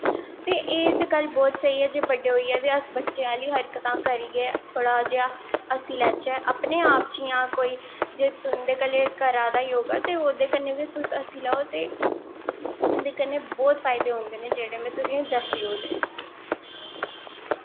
ते एह् गल्ल बी बड़ी स्हेई ऐ कि बड्डे होईयै बी अस बच्चें आह्लियां हरकतां करियै थोह्ड़ा जेहा हस्सी लैच्चै अपनें आप च इयां जे तुंदे कन्नैं करा दा योगा ते उंदा कन्नैं बी तुस करी लैओ ते ते बौह्त फायदे होंदे नै जेह्ड़े में तुसेंगी दस्सी ओड़े